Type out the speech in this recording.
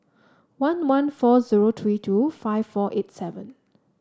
one one four zero three two five four eight seven